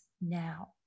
now